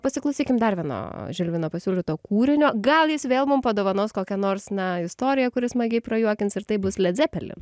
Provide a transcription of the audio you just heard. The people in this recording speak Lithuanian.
pasiklausykim dar vieno žilvino pasiūlyto kūrinio gal jis vėl mum padovanos kokią nors na istoriją kuri smagiai prajuokins ir tai bus led zepelin